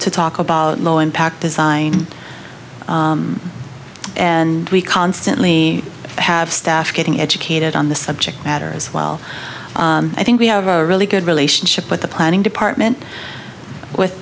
to talk about low impact design and we constantly have staff getting educated on the subject matter as well i think we have a really good relationship with the planning department with